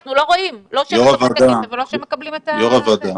אנחנו לא רואים שהם מקבלים את הכסף.